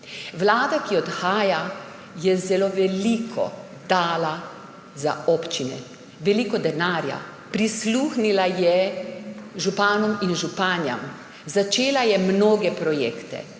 Vlada, ki odhaja, je zelo veliko dala za občine, veliko denarja, prisluhnila je županom in županjam, začela je mnoge projekte.